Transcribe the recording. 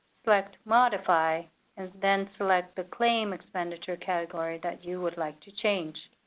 select modify and then select the claim expenditures category that you would like to change.